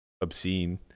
obscene